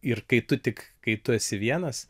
ir kai tu tik kai tu esi vienas